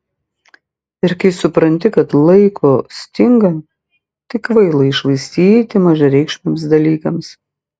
ir kai supranti kad laiko stinga tai kvaila jį švaistyti mažareikšmiams dalykams